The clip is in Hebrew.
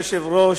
אדוני היושב ראש,